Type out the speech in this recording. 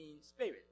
spirit